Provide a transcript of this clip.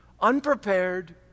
unprepared